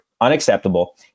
Unacceptable